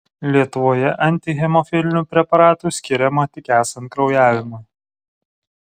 lietuvoje antihemofilinių preparatų skiriama tik esant kraujavimui